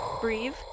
Breathe